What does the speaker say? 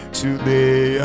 today